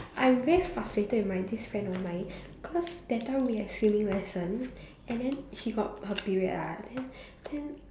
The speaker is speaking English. I'm very frustrated with my this friend of mine cause that time we had swimming lesson and then she got her period ah then then